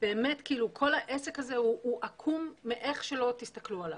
כל העסק הזה הוא עקום איך שלא תסתכלו עליו.